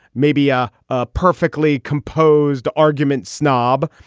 maybe a ah perfectly composed argument snob.